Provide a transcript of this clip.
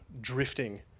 drifting